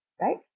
right